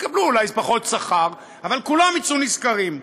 יקבלו אולי פחות שכר, אבל כולם יצאו נשכרים,